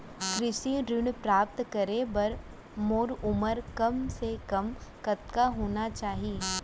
कृषि ऋण प्राप्त करे बर मोर उमर कम से कम कतका होना चाहि?